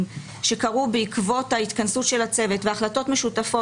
שקרו בעקבות ההתכנסות של הצוות והחלטות משותפות,